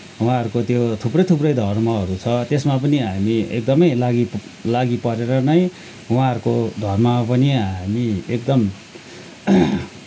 उहाँहरूको त्यो थुप्रै थुप्रै धर्महरू छ त्यसमा पनि हामी एकदमै लागिप लागिपरेर नै उहाँहरूको धर्ममा पनि हामी एकदम